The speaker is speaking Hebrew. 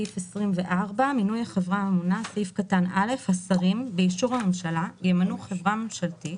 25. (א)השרים, באישור הממשלה, ימנו חברה ממשלתית